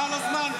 חבל על הזמן,